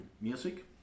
music